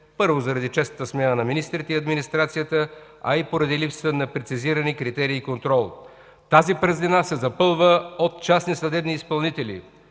първо, заради честата смяна на министрите и администрацията, а и поради липсата на прецизирани критерии и контрол. Тази празнина се използва от частни съдебни изпълнители.